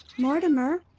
mortimer?